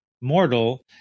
mortal